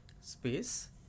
space